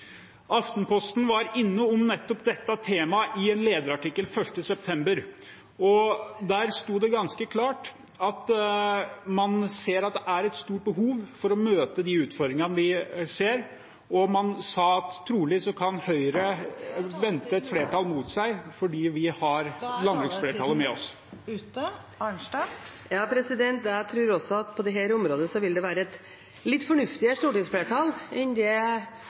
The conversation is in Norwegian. Aftenposten var innom nettopp dette temaet i en lederartikkel 1. september, og der sto det ganske klart at man ser det er et stort behov for å møte de utfordringene vi ser. Trolig kan Høyre vente et flertall mot seg fordi vi har landbruksflertallet med oss. Jeg tror også at på dette området vil det være et litt mer fornuftig stortingsflertall enn det